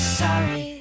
sorry